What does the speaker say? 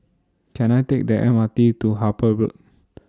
Can I Take The M R T to Harper Road